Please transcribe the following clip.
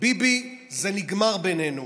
ביבי, זה נגמר בינינו,